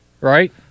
right